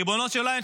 ריבונו של עולם,